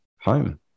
home